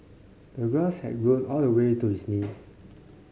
the grass had grown all the way to his knees